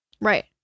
Right